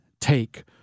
take